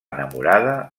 enamorada